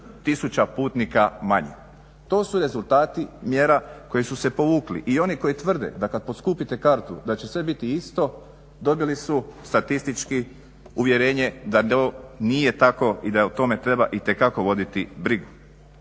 51tisuća putnika manje. To su rezultati mjera koje su se povukli i oni koji tvrde da kada poskupite kartu da će sve biti isto, dobili su statistički uvjerenje da nije tako i da o tome treba itekako voditi brigu.